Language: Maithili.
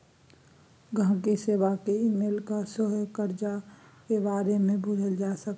गांहिकी सेबा केँ इमेल कए सेहो करजा केर बारे मे बुझल जा सकैए